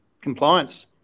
compliance